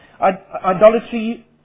idolatry